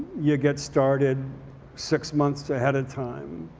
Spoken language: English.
you get started six months ahead of time.